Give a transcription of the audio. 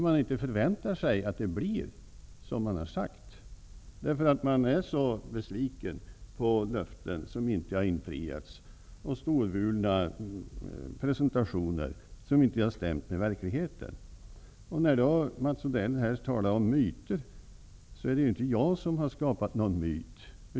Man förväntar sig inte att det blir som han har sagt, därför att man är så besviken på löften som inte har infriats, och storvulna presentationer som inte har stämt med verkligheten. När Mats Odell här talar om myter, så vill jag säga att det inte är jag som har skapat någon myt.